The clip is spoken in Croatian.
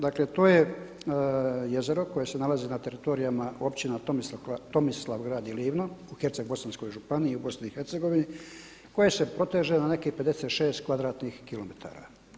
Dakle, to je jezero koje se nalazi na teritorijama općina Tomislavgrad i Livno u Hercegbosanskoj županiji u BiH koje se proteže na nekih 56 kvadratnih kilometara.